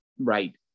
Right